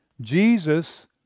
Jesus